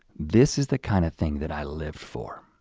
this is the kind of thing that i lived for.